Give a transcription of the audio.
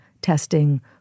testing